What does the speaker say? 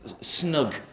snug